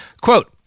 Quote